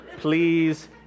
please